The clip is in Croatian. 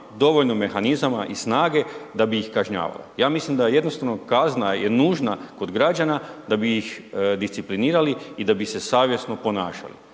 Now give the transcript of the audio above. dovoljno mehanizama i snage da bi ih kažnjavala. Ja mislim da jednostavno kazna je nužna kod građana da bi ih disciplinirali i da bi se savjesno ponašali.